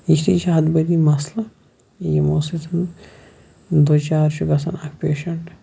یِتھی چھِ ہَتہٕ بٔدی مَسلہٕ یِمو سۭتۍ دوچار چھُ گَژھان اکھ پیشَنٹ